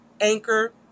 Anchor